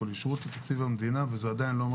אישרו את תקציב המדינה וזה עדיין לא אומר